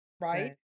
right